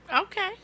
Okay